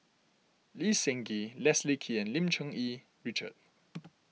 Lee Seng Gee Leslie Kee and Lim Cherng Yih Richard